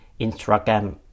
Instagram